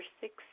six